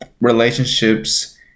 relationships